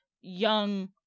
young